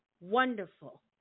wonderful